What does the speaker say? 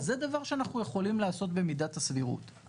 אז זה דבר שאנחנו יכולים לעשות במידת הסבירות,